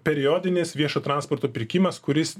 periodinės viešo transporto pirkimas kuris